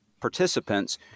participants